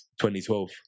2012